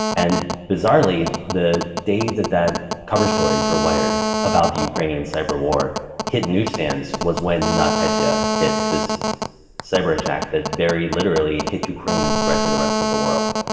and bizarrely, the day that that cover story for wired about the ukrainian cyber war hit newsstands was when notpetya hits, this cyber-attack that very literally hit ukraine and spread to the rest of the world.